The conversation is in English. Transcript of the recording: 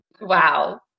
Wow